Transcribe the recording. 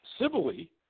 Civilly